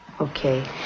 Okay